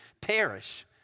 perish